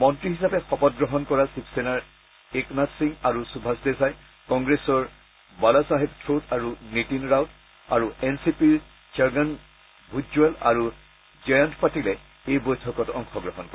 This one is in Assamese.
মন্ত্ৰী হিচাপে শপত গ্ৰহণ কৰা শিৱসেনাৰ একনাথ সিং আৰু সুভাষ দেশাই কংগ্ৰেছৰ বালাছাহেব থোট আৰু নীতিন ৰাউট তথা এনচিপিৰ ছগন ভূজল আৰু জযন্ত পাটিলে এই বৈঠকত অংশগ্ৰহণ কৰে